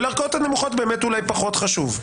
ולערכאות הנמוכות באמת אולי פחות חשוב.